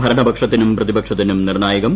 ഭരണപക്ഷത്തിനും പ്രതിപക്ഷത്തിന് നിർണായകം